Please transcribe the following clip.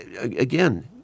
Again